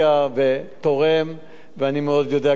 רבותי, יום היסטורי, נזכור את היום הזה.